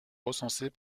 recensés